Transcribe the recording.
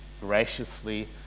graciously